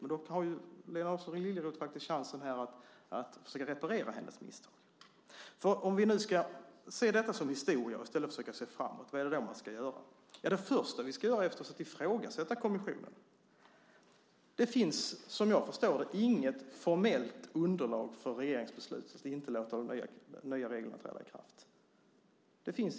Men nu har Lena Adelsohn Liljeroth chansen att reparera hennes misstag. Om vi nu ska se detta som historia och i stället försöka se framåt, vad är det då vi ska göra? Det första vi ska göra är förstås att ifrågasätta kommissionen. Det finns, som jag förstår det, inget formellt underlag för regeringsbeslutet att inte låta de nya reglerna träda i kraft.